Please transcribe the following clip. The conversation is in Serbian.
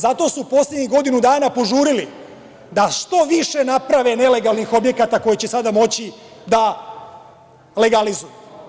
Zato su poslednjih godinu dana požurili da što više naprave nelegalnih objekata koje će sada moći da legalizuju.